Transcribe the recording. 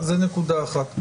זו נקודה אחת.